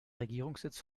regierungssitz